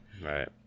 right